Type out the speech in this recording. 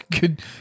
Good